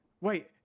Wait